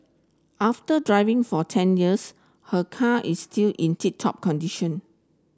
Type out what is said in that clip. after driving for ten years her car is still in tip top condition